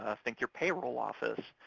ah think your payroll office,